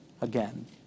again